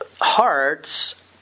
hearts